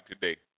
today